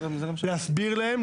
להסביר להם,